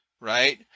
right